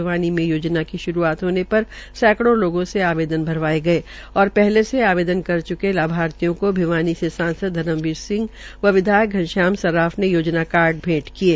भिवानी में योजना की श्रूआत होने पर सैकड़ो लोगों से आवेदन भरवाये गये और पहले से आवेदन कर चुके लाभर्थियों को भिवानी से सांसद धर्मबीर सिंह व विधायक घनश्याम सर्राफ ने योजना कार्ड भेंट किये